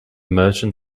merchant